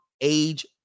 age